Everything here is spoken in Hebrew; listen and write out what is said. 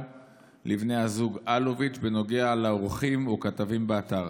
לבני הזוג אלוביץ' בנוגע לעורכים או כתבים באתר.